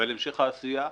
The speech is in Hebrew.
ועל המשך העשייה.